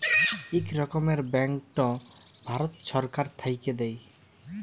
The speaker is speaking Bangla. ইক রকমের ব্যাংকট ভারত ছরকার থ্যাইকে দেয়